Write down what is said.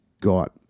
got